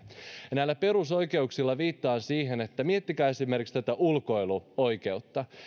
näillä perusoikeuksilla viittaan siihen että miettikää esimerkiksi tätä ulkoiluoikeutta